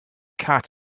cat